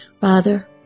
Father